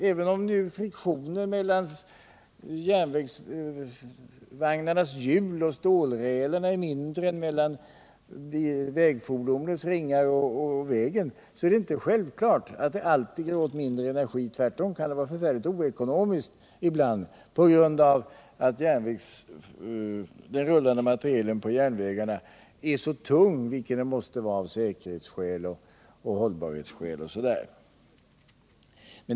Även om friktionen mellan järnvägsvagnens hjul och stålrälen är mindre än mellan vägfordonets ringar och vägen är det inte självklart att det alltid går åt mindre energi vid järnvägstransporter. Tvärtom kan sådana ibland vara förfärligt ockonomiska på grund av att den rullande järnvägsmaterielen är så tung, vilket den måste vara av säkerhetsskäl och hållbarhetsskäl.